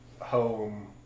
home